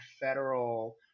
federal